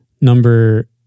Number